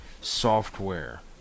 software